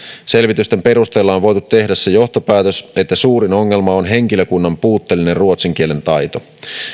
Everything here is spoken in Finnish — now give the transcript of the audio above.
selvitysten perusteella on voitu tehdä se johtopäätös että suurin ongelma on henkilökunnan puutteellinen ruotsin kielen taito